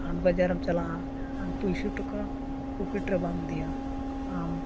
ᱦᱟᱴ ᱵᱟᱡᱟᱨᱮᱢ ᱪᱟᱞᱟᱜᱼᱟ ᱯᱩᱭᱥᱟᱹ ᱴᱟᱠᱟ ᱯᱚᱠᱮᱴ ᱨᱮ ᱵᱟᱢ ᱤᱫᱤᱭᱟ ᱟᱢ